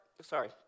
sorry